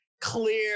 clear